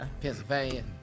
Pennsylvania